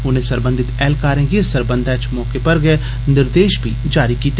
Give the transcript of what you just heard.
उनें सरबंधत ऐह्लकारें गी इस सरबंधै च मौके पर गै निर्देष बी जारी कीते